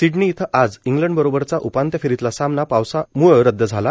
Sydney इथं आज इंग्लंडबरोबरचा उपांत्य फेरीतला पहिला सामना पावसाम्ळे रद्द झाला